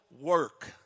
work